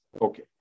Okay